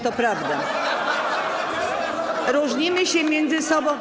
To prawda, różnimy się między sobą.